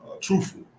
truthful